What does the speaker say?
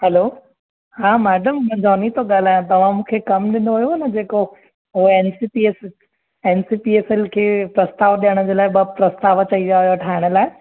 हलो हा मैडम मां जॉनी थो ॻाल्हायां तव्हां मूंखे कमु ॾिनो हुयव न जेको उहो N C P S N C P S L खे प्रस्ताव ॾिअण जे लाइ ॿ प्रस्ताव चयई विया हुआ ठाहिण लाइ